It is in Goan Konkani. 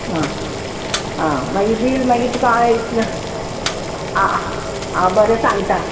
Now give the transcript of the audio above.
आं आं मागी बील मागीर तुका हांव इतलें आं आं बरें सांगता